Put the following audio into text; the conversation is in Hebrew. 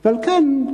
על כן,